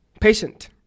Patient